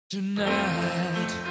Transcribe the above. Tonight